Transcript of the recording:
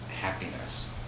happiness